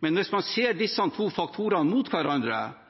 Men hvis man ser disse to faktorene mot hverandre,